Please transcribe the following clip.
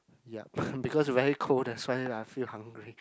yup because very cold that's why lah I feel hungry